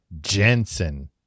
Jensen